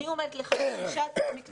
אני אומרת לך גם כאשת מקצוע,